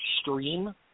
stream